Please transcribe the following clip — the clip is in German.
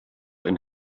ein